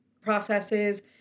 processes